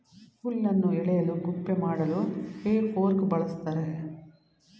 ಹುಲ್ಲನ್ನು ಎಳೆಯಲು ಗುಪ್ಪೆ ಮಾಡಲು ಹೇ ಫೋರ್ಕ್ ಬಳ್ಸತ್ತರೆ